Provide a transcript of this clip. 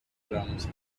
drums